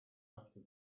after